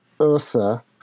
Ursa